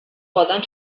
poden